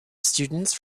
students